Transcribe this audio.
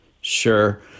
Sure